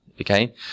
Okay